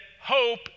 hope